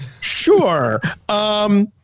Sure